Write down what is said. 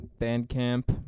Bandcamp